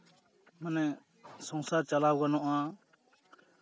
ᱢᱟᱱᱮ ᱥᱚᱝᱥᱟᱨ ᱪᱟᱞᱟᱣ ᱜᱟᱱᱚᱜᱼᱟ